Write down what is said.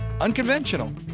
Unconventional